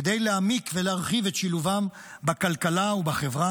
כדי להעמיק ולהרחיב את שילובם בכלכלה ובחברה